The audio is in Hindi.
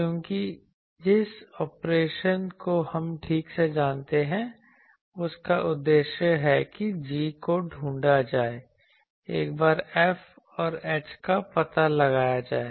क्योंकि जिस ऑपरेशन को हम ठीक से जानते हैं उसका उद्देश्य है कि g को ढूंढा जाए एक बार F और h का पता लग जाए